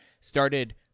started